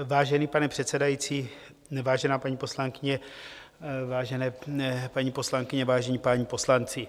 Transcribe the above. Vážený pane předsedající, vážená paní poslankyně, vážené paní poslankyně, vážení páni poslanci.